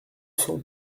cent